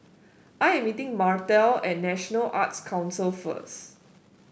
I am meeting Martell at National Arts Council first